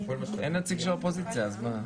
אין נציג את האופוזיציה, אז מה?